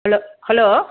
hello hello